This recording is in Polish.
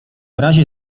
razie